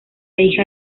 hija